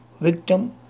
victim